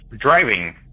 driving